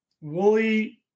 Wooly